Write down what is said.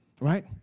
right